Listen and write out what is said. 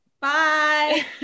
Bye